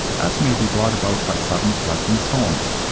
as may be brought about by sudden floods and storms.